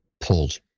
pulled